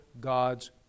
God's